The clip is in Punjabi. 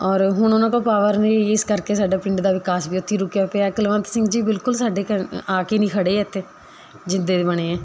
ਔਰ ਹੁਣ ਉਹਨਾਂ ਕੋਲ ਪਾਵਰ ਨਹੀਂ ਇਸ ਕਰਕੇ ਸਾਡਾ ਪਿੰਡ ਦਾ ਵਿਕਾਸ ਵੀ ਉੱਥੇ ਰੁਕਿਆ ਪਿਆ ਕੁਲਵੰਤ ਸਿੰਘ ਜੀ ਬਿਲਕੁਲ ਸਾਡੇ ਘ ਆ ਕੇ ਨਹੀਂ ਖੜ੍ਹੇ ਇੱਥੇ ਜਿੱਦੇ ਦੇ ਬਣੇ ਹੈ